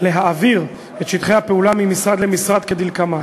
לוועדת הכלכלה, לוועדת הבריאות ולוועדת הפנים.